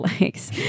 likes